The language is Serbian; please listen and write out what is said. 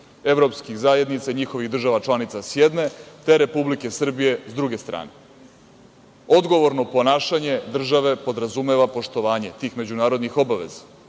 evropskih zajednica i njihovih država članica sa jedne, te Republike Srbije sa druge strane. Odgovorno ponašanje države podrazumeva poštovanje tih međunarodnih obaveza